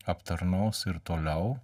aptarnaus ir toliau